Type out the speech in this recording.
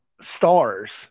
stars